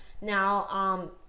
Now